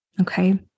okay